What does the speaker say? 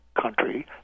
country